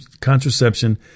contraception